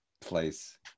place